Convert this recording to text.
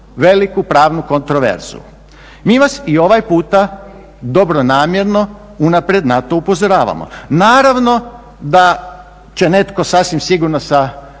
veliku pravnu kontraverzu. Mi vas i ovaj puta dobronamjerno unaprijed na to upozoravamo. Naravno da će netko sasvim sigurno sa